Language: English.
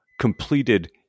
completed